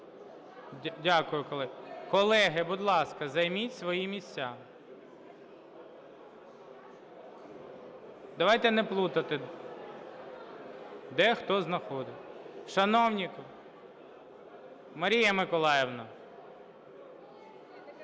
колеги. Колеги, будь ласка, займіть свої місця. Давайте не плутати де, хто знаходиться. Шановні… Марія Миколаївна…